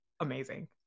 amazing